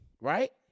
right